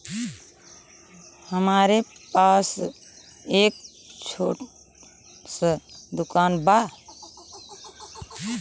हमरे पास एक छोट स दुकान बा